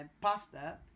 pasta